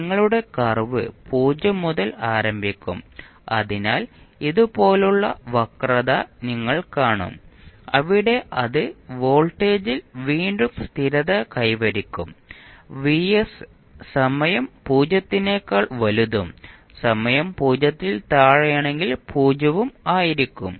നിങ്ങളുടെ കർവ് 0 മുതൽ ആരംഭിക്കും അതിനാൽ ഇതുപോലുള്ള വക്രത നിങ്ങൾ കാണും അവിടെ അത് വോൾട്ടേജിൽ വീണ്ടും സ്ഥിരത കൈവരിക്കും സമയം 0 നേക്കാൾ വലുതും സമയം 0 ൽ താഴെയാണെങ്കിൽ 0 ഉം ആയിരിക്കും